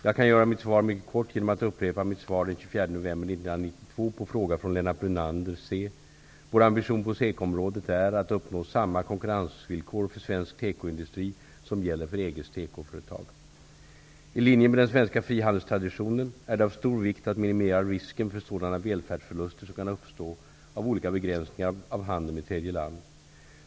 Jag kan göra mitt svar mycket kort genom att upprepa mitt svar av den 24 november 1992 på fråga från Lennart Brunander : vår ambition på tekoområdet är att uppnå samma konkurrensvillkor för svensk tekoindustri som gäller för EG:s tekoföretag. I linje med den svenska frihandelstraditionen är det av stor vikt att minimera risken för sådana välfärdsförluster som kan uppstå av olika begränsningar av handeln med tredje land.